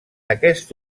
aquest